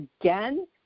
again